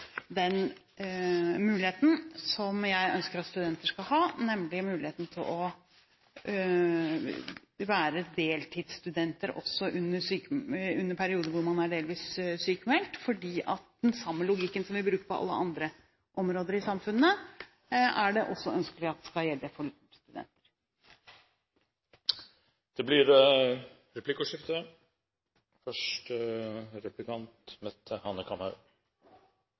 den muligheten som jeg ønsker at studenter skal ha, nemlig muligheten til å være deltidsstudenter også under perioder hvor man er delvis sykmeldt. Den samme logikken som vi bruker på alle andre områder i samfunnet, er det også ønskelig at skal gjelde for norske studenter. Det blir replikkordskifte.